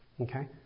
Okay